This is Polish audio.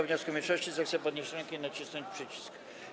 wniosku mniejszości, zechce podnieść rękę i nacisnąć przycisk.